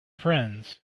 friends